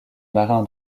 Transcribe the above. marin